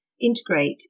integrate